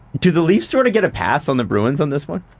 do the leafs sort of get a pass on the bruins on this one?